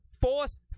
force